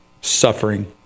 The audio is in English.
suffering